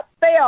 fail